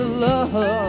love